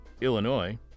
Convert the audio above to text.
Illinois